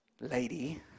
Lady